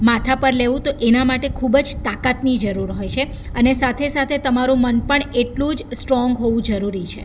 માથા પર લેવું તો એના માટે ખૂબ જ તાકાતની જરૂર હોય છે અને સાથે સાથે તમારું મન પણ એટલું જ સ્ટ્રોંગ હોવું જરૂરી છે